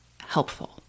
helpful